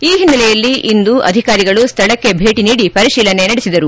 ಈ ಹಿನ್ನೆಲೆಯಲ್ಲಿ ಇಂದು ಅಧಿಕಾರಿಗಳು ಸ್ವಳಕ್ಕೆ ಭೇಟಿ ನೀಡಿ ಪರಿಶೀಲನೆ ನಡೆಸಿದರು